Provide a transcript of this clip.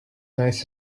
nice